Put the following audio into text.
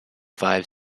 five